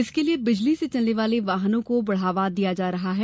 इसके लिए बिजली से चलने वाले वाहनों को बढ़ावा दिया जा रहा है